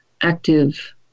active